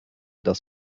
das